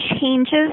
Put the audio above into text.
changes